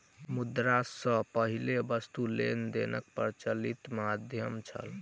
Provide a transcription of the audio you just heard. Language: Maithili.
मुद्रा सॅ पहिने वस्तु लेन देनक प्रचलित माध्यम छल